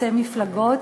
חוצה מפלגות.